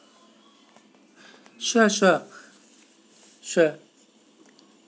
sure sure sure